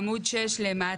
אנחנו בעמוד 6 למטה,